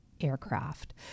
aircraft